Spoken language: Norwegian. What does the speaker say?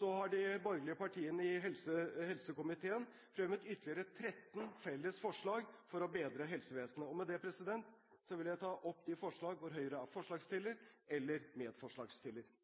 har de borgerlige partiene i helsekomiteen fremmet ytterligere 13 felles forslag for å bedre helsevesenet. Med det vil jeg ta opp de forslag hvor Høyre er forslagsstiller eller medforslagsstiller.